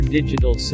Digital